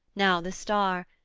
now the star,